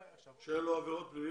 האישור על כך שאין לו עבירות פליליות.